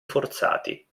forzati